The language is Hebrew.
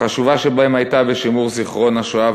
החשובה שבהם הייתה בשימור זיכרון השואה,